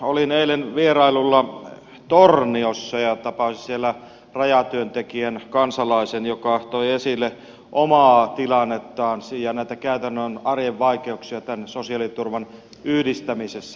olin eilen vierailulla torniossa ja tapasin siellä rajatyöntekijän kansalaisen joka toi esille omaa tilannettaan ja näitä käytännön arjen vaikeuksia tämän sosiaaliturvan yhdistämisessä